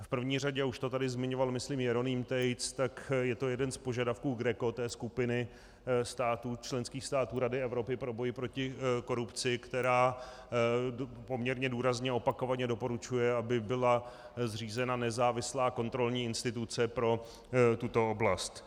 V první řadě, a už to tady zmiňoval myslím Jeroným Tejc, tak je to jeden z požadavků GRECO, to je skupiny členských států Rady Evropy pro boj proti korupci, která poměrně důrazně a opakovaně doporučuje, aby byla zřízena nezávislá kontrolní instituce pro tuto oblast.